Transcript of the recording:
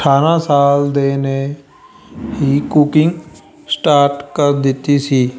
ਅਠਾਰ੍ਹਾਂ ਸਾਲ ਦੇ ਨੇ ਹੀ ਕੁਕਿੰਗ ਸਟਾਰਟ ਕਰ ਦਿੱਤੀ ਸੀ